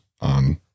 on